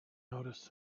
noticed